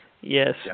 Yes